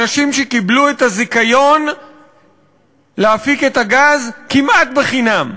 אנשים שקיבלו את הזיכיון להפיק את הגז כמעט בחינם,